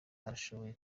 arashoboye